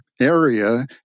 area